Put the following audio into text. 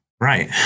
Right